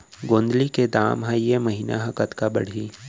गोंदली के दाम ह ऐ महीना ह कतका बढ़ही?